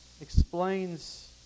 explains